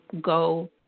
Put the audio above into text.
go